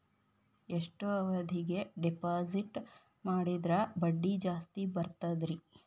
ಎಷ್ಟು ಅವಧಿಗೆ ಡಿಪಾಜಿಟ್ ಮಾಡಿದ್ರ ಬಡ್ಡಿ ಜಾಸ್ತಿ ಬರ್ತದ್ರಿ?